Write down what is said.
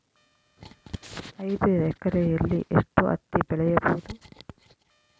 ಐದು ಎಕರೆಯಲ್ಲಿ ಎಷ್ಟು ಹತ್ತಿ ಬೆಳೆಯಬಹುದು?